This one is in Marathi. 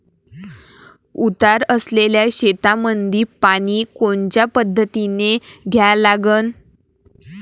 उतार असलेल्या शेतामंदी पानी कोनच्या पद्धतीने द्या लागन?